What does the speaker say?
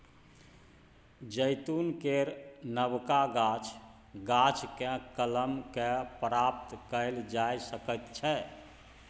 जैतून केर नबका गाछ, गाछकेँ कलम कए प्राप्त कएल जा सकैत छै